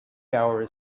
hour